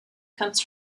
comes